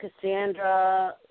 Cassandra